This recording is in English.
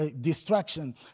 distraction